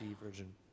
version